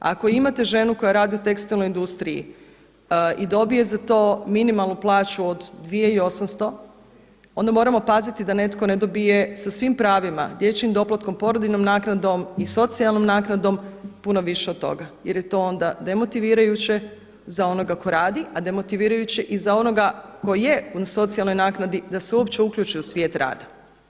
Ako imate ženu koja radi u tekstilnoj industriji i dobije za to minimalnu plaću od 2 i 800, onda moramo paziti da netko ne dobije sa svim pravima dječjim doplatkom, porodiljnom naknadom i socijalnom naknadom puno više od toga jer je to onda demotivirajuće za onoga tko radi, a i demotivirajuće i za onoga koji je u socijalnoj naknadi da se uopće uključi u svijet rada.